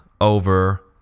over